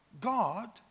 God